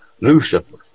Lucifer